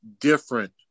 different